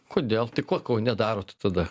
kodėl tai ko nedarot tada